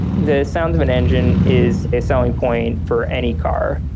the sound of an engine is, a selling point for any car.